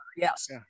yes